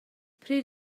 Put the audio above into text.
pryd